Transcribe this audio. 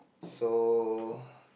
so